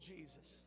Jesus